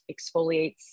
exfoliates